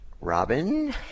Robin